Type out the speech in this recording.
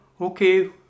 okay